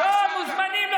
לא מוזמנים.